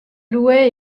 louaient